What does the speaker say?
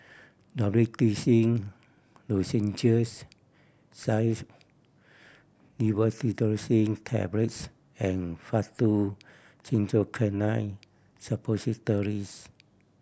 Dorithricin Lozenges Xyzal Levocetirizine Tablets and Faktu Cinchocaine Suppositories